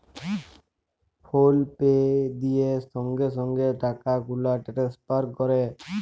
ফল pay দিঁয়ে সঙ্গে সঙ্গে টাকা গুলা টেলেসফার ক্যরে